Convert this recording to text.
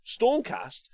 Stormcast